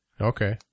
Okay